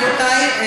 רבותי,